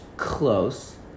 close